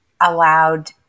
allowed